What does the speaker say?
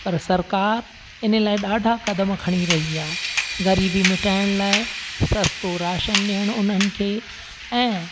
पर सरकार इन लाइ ॾाढा क़दम खणी रही आहे ग़रीबी मिटाइण लाइ सस्तो राशन ॾियणु उन्हनि खे ऐं